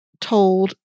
told